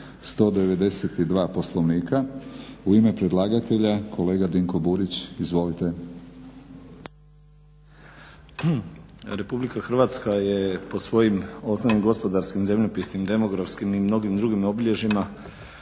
192. Poslovnika. U ime predlagatelja kolega Dinko Burić. **Burić, Dinko (HDSSB)** Hvala lijepa. RH je po svojim osnovnim gospodarskim, zemljopisnim, demografskim i mnogim drugim obilježjima